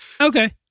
Okay